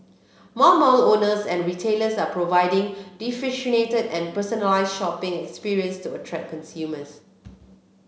more mall owners and retailers are providing differentiated and personalise shopping experiences to attract consumers